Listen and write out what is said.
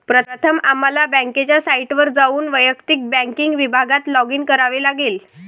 प्रथम आम्हाला बँकेच्या साइटवर जाऊन वैयक्तिक बँकिंग विभागात लॉगिन करावे लागेल